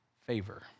favor